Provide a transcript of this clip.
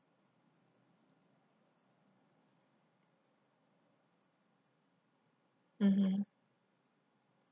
mmhmm